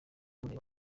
kureba